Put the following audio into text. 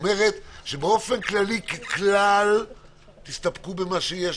כלומר ככלל תסתפקו במה שיש,